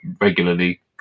regularly